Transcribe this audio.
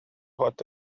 hot